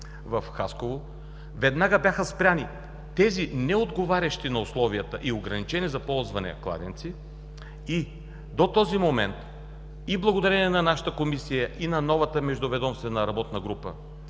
в Хасково. Веднага бяха спрени тези, неотговарящи на условията и ограничени за ползване кладенци, и до този момент и благодарение на нашата Комисия, и на новата Междуведомствена работна група,